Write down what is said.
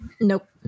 Nope